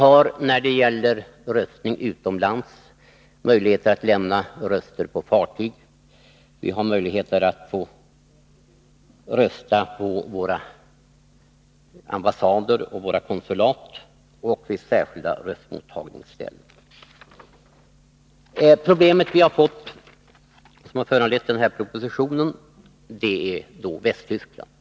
När det gäller röstning utomlands har vi möjligheter att lämna röster på fartyg, på våra ambassader och konsulat samt vid särskilda röstmottagningsställen. Det som har föranlett propositionen är problemet att rösta för dem som bor i Västtyskland.